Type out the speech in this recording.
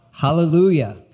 Hallelujah